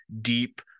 deep